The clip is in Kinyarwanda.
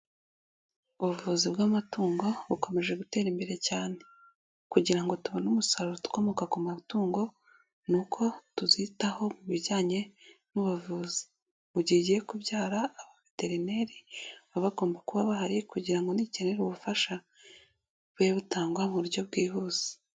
Ubuvuzi bw'amatungo bukomeje gutera imbere cyane kugira ngo tubone umusaruro ukomoka ku matungo ni uko tuzitaho mu bijyanye n'ubuvuzi, mu gihe igiye kubyara abaveterineri baba bagomba kuba bahari kugira ngo nikenera ubufasha bube butangwa mu buryo bwihuse.